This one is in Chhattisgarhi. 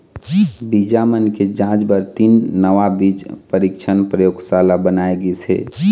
बीजा मन के जांच बर तीन नवा बीज परीक्छन परयोगसाला बनाए गिस हे